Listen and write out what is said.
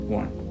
one